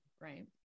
Right